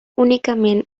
únicament